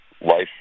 life